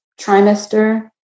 trimester